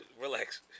Relax